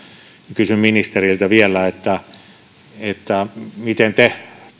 kysyn ministeriltä vielä miten te